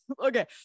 Okay